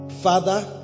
Father